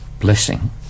blessing